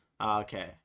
okay